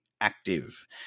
active